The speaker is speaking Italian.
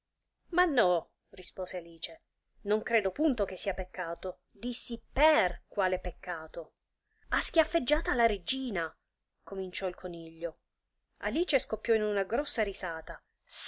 ma no rispose alice non credo punto che sia peccato dissi per quale peccato ha schiaffeggiata la regina cominciò il coniglio alice scoppiò in una grossa risata